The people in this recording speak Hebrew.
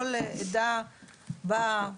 כל עדה באה,